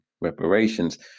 reparations